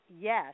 yes